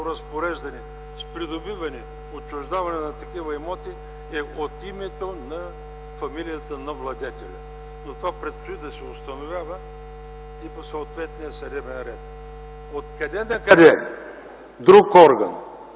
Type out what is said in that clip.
разпореждане с придобиване и отчуждаване на такива имоти е от името на фамилията на владетеля. Това предстои да се установява и по съответния съдебен ред. Откъде накъде друг орган,